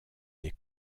des